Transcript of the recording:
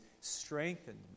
strengthened